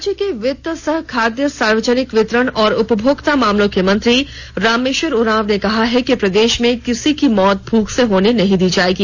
राज्य के वित्त सह खाद्य सार्वजनिक वितरण और उपभोक्ता मामलों के मंत्री रामेश्वर उरांव ने कहा है कि प्रदेश में किसी की मौत भूख से नहीं होने दी जाएगी